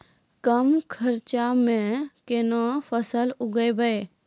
कम खर्चा म केना फसल उगैबै?